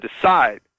decide